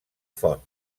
font